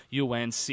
UNC